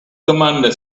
commander